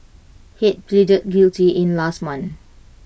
Head pleaded guilty in last month